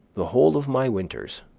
the whole of my winters,